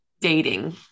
dating